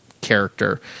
character